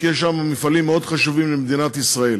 כי יש שם מפעלים מאוד חשובים למדינת ישראל.